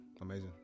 Amazing